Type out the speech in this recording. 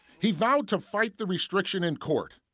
he vowed to fight the restriction in court.